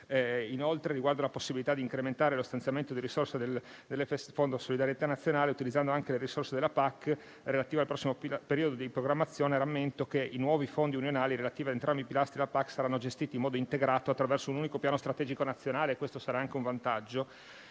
quanto riguarda la possibilità di incrementare lo stanziamento di risorse del Fondo di solidarietà nazionale, utilizzando anche le risorse della PAC relativa al prossimo periodo di programmazione, rammento che i nuovi fondi unionali relativi entrambi ai pilastri della PAC saranno gestiti in modo integrato attraverso un unico piano strategico nazionale e questo sarà anche un vantaggio.